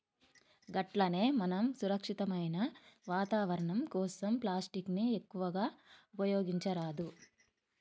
గట్లనే మనం సురక్షితమైన వాతావరణం కోసం ప్లాస్టిక్ ని ఎక్కువగా ఉపయోగించరాదు